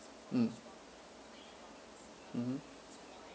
mm mmhmm